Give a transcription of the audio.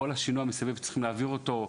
שצריכים להעביר אותו,